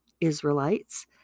Israelites